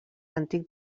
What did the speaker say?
antic